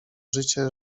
życie